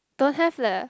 don't have leh